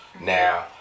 Now